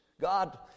God